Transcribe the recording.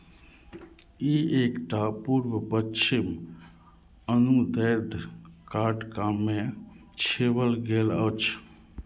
ई एक टा पूर्व पश्चिम अनुदैर्ध्य काटिकामे छेबल गेल अछि